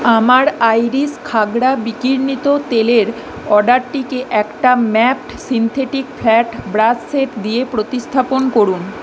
আমার আইরিস খাগড়া বিকির্ণীত তেলের অর্ডারটিকে একটা mapped synthetic flat brush set দিয়ে প্রতিস্থাপন করুন